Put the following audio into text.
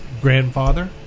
grandfather